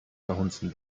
verhunzen